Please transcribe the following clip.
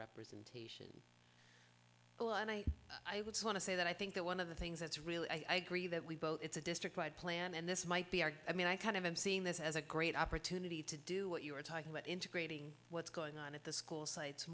represent well and i want to say that i think that one of the things that's really i gree that we both it's a district wide plan and this might be our i mean i kind of am seeing this as a great opportunity to do what you were talking about integrating what's going on at the school sites